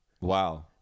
Wow